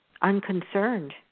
Unconcerned